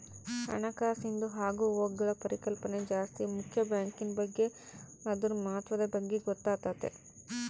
ಹಣಕಾಸಿಂದು ಆಗುಹೋಗ್ಗುಳ ಪರಿಕಲ್ಪನೆ ಜಾಸ್ತಿ ಮುಕ್ಯ ಬ್ಯಾಂಕಿನ್ ಬಗ್ಗೆ ಅದುರ ಮಹತ್ವದ ಬಗ್ಗೆ ಗೊತ್ತಾತತೆ